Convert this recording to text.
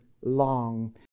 long